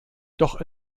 doch